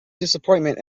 disappointment